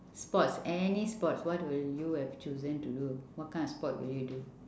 sports any sport what will you have chosen to do what kind of sport will you do